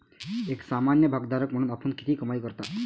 एक सामान्य भागधारक म्हणून आपण किती कमाई करता?